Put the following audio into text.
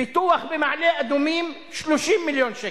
פיתוח במעלה-אדומים, 30 מיליון שקל,